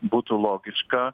būtų logiška